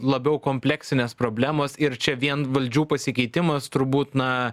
labiau kompleksinės problemos ir čia vien valdžių pasikeitimas turbūt na